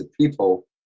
people